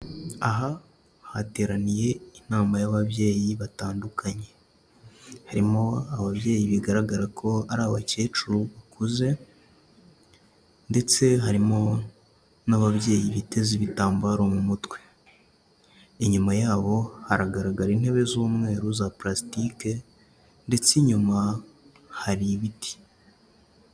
Aha hateraniye inama y'ababyeyi batandukanye, harimo ababyeyi bigaragara ko ari abakecuru bakuze ndetse harimo n'ababyeyi biteze ibitambaro mu mutwe, inyuma yabo haragaragara intebe z'umweru za purasitike ndetse inyuma hari ibiti.